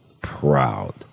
proud